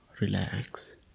relax